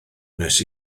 nes